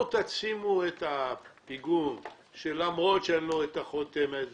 או שתשימו את הפיגום למרות שאין לו חותמת,